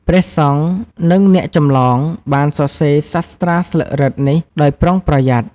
ព្រះសង្ឃ និង អ្នកចម្លង បានសរសេរសាស្ត្រាស្លឹករឹតនេះដោយប្រុងប្រយ័ត្ន។